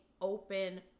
open